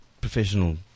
professional